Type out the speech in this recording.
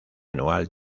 anual